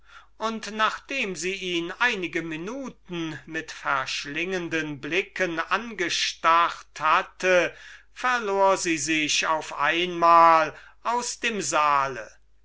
und nachdem sie ihn einige minuten mit verschlingenden blicken angestarrt hatte verlor sie sich auf einmal aus dem saal